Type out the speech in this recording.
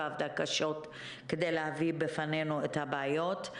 ועבדה קשה כדי להביא בפנינו את הבעיות.